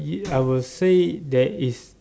ya I will say there is